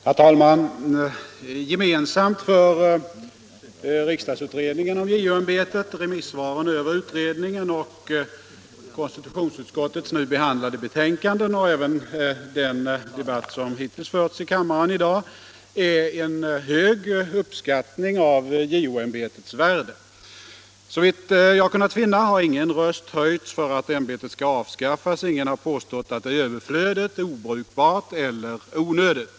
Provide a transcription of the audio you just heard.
Herr talman! Gemensamt för riksdagsutredningen om JO-ämbetet, remissvaren över utredningen och konstitutionsutskottets nu föreliggande betänkande och även den debatt som hittills i dag har förts här i kam maren är en hög uppskattning av JO-ämbetets värde. Såvitt jag kunnat — Nr 24 finna har ingen röst höjts för att ämbetet skall avskaffas, ingen har påstått Onsdagen den att det är överflödigt, obrukbart eller onödigt.